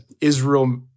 Israel